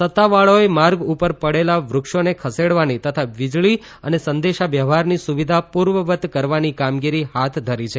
સત્તાવાળાઓએ માર્ગ ઉપર પડેલા વૃક્ષોને ખસેડવાની તથા વીજળી અને સંદેશાવ્યવહારની સુવિધા પૂર્વવત કરવાની કામગીરી હાથ ધરી છે